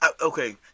Okay